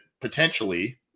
potentially